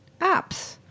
apps